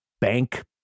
bank